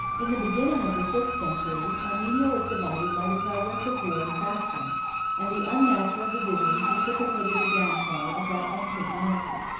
in the beginning of the fifth century, armenia was divided by the progress of war and faction and the unnatural division precipitated the downfall of that ancient monarchy.